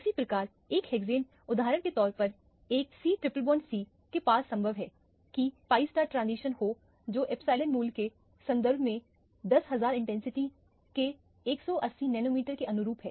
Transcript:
उसी प्रकार एक हेक्सेन उदाहरण के तौर पर एक C ट्रिपल बॉन्डC के पास संभव है की pi pi ट्रांजिशन हो जो एप्सिलॉन मूल्य के संदर्भ में 10000 इंटेंसिटी के 180 नैनोमीटर के अनुरूप है